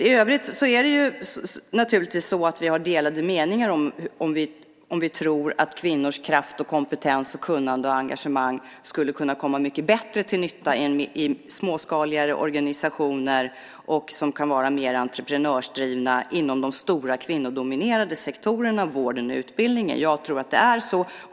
I övrigt har vi delade meningar när det gäller om vi tror att kvinnors kraft, kompetens, kunnande och engagemang skulle kunna komma mycket bättre till nytta i mera småskaliga organisationer som kan vara mer entreprenörsdrivna inom de stora kvinnodominerade sektorerna - vården och utbildningen. Jag tror att det är så.